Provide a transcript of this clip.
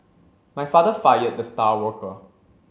my father fired the star worker